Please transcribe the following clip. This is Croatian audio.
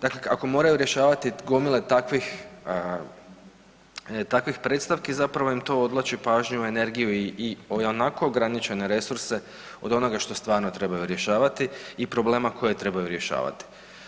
Dakle, ako moraju rješavati gomile takvih predstavki zapravo im to odvlači pažnju, energiju i onako ograničene resurse od onoga što stvarno trebaju rješavati i problema koje trebaju rješavati,